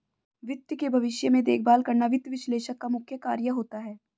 वित्त के भविष्य में देखभाल करना वित्त विश्लेषक का मुख्य कार्य होता है